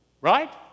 Right